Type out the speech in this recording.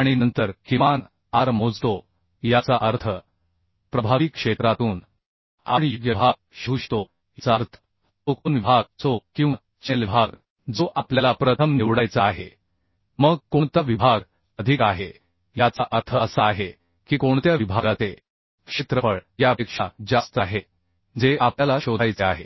आणि नंतर किमान R मोजतो याचा अर्थ प्रभावी क्षेत्रातून आपण योग्य विभाग शोधू शकतो याचा अर्थ तो कोन विभाग असो किंवा चॅनेल विभाग जो आपल्याला प्रथम निवडायचा आहे मग कोणता विभाग अधिक आहे याचा अर्थ असा आहे की कोणत्या विभागाचे क्षेत्रफळ यापेक्षा जास्त आहे जे आपल्याला शोधायचे आहे